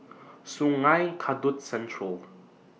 Sungei Kadut Central